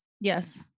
Yes